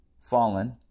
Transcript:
fallen